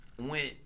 went